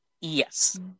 Yes